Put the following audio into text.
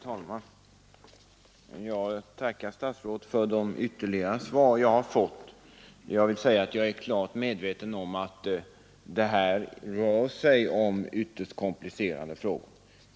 Herr talman! Jag tackar statsrådet för de ytterligare svar jag har fått. Jag är klart medveten om att det här rör sig om mycket komplicerade frågor.